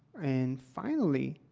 and finally,